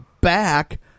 back